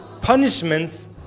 punishments